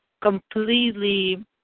completely